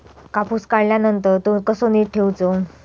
कापूस काढल्यानंतर तो कसो नीट ठेवूचो?